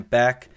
back